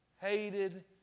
hated